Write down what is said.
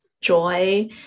joy